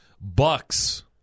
bucks